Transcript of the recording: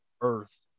earth